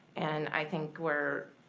and i think we're,